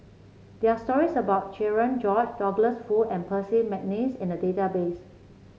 there are stories about Cherian George Douglas Foo and Percy McNeice in the database